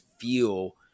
feel